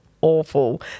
awful